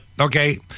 Okay